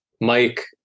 Mike